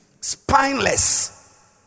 spineless